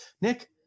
Nick